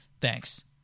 Thanks